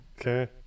Okay